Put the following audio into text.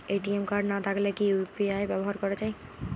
ATM card না থাকলে কি ইউ.পি.আই ব্যবহার করা য়ায়?